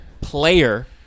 player